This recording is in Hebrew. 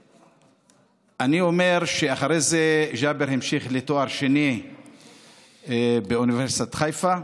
אני אומר שאחרי זה ג'אבר המשיך לתואר שני באוניברסיטת חיפה.